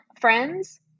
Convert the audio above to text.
friends